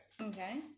Okay